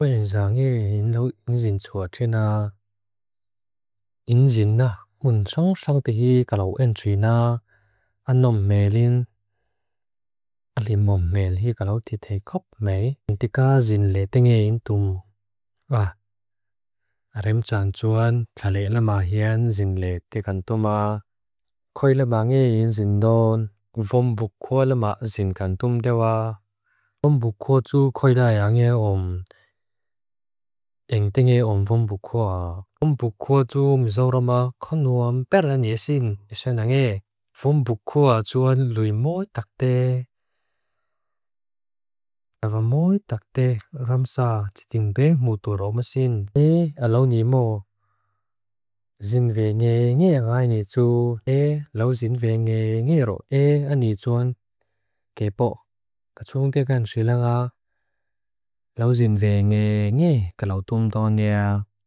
Kwan yon sa ngi yinlo yinzin tsua trin na. Yinzin na. Untsang sangti hi galaw en trin na. Anom meilin. Alimom meilin hi galaw tithei kop mei. Yintika zinle tengi yintum ma. Arim tsaan tsuan. Tali lama hen zinle tegantum ma. Koi lama ngi yinzin non. Vom bukua lama zinkantum dewa. Vom bukua tsu koi lai ange om. Engtenge om vom bukua. Vom bukua tsu mizoroma konu om pera nyesin. Vom bukua tsuan luimoi takte. Tava moi takte. Ramsa titimbe mudoro masin. E alo nimo. Zinve nge nge anga eni tsu. E alo zinve nge nge ro e eni tsuan. Kepo. Kachung tiga nse laga. Lau zinve nge nge galaw tumton ea.